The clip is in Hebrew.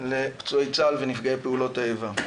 לפצועי צה"ל ונפגעי פעולות האיבה.